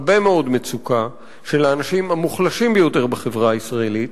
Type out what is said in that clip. הרבה מאוד מצוקה של האנשים המוחלשים ביותר בחברה הישראלית.